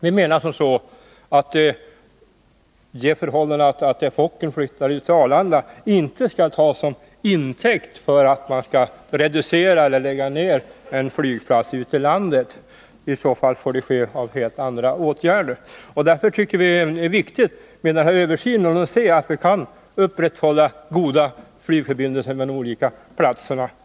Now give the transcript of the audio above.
Vi menar att det förhållandet att Fokkerplanen flyttar till Arlanda inte bör tas till intäkt för att man skall reducera eller lägga ner flygplatser ute i landet — i så fall får detta ske av helt andra skäl. Vi tycker därför att det är viktigt med denna översyn för att se om vi kan upprätthålla goda flygförbindelser med de olika platserna.